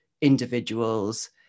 individuals